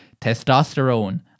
testosterone